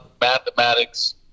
mathematics